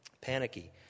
Panicky